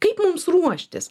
kaip mums ruoštis